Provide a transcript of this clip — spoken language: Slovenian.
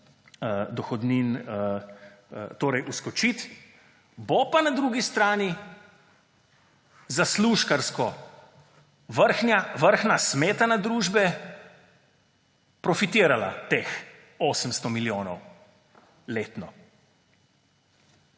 dohodnin vskočiti. Bo pa na drugi strani zaslužkarsko vrhnja smetana družbe profitirala za teh 800 milijonov letno.